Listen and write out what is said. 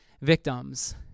victims